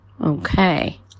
okay